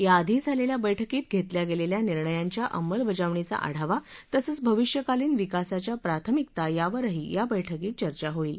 या आधी झालेल्या बैठकीत घेतल्या गेलेल्या निर्णयांच्या अंमलबजावणीचा आढावा तसंच भविष्यकालीन विकासाच्या प्राथमिकता यावरही या बैठकीत चर्चा होईल